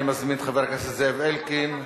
אני מזמין את חבר הכנסת זאב אלקין.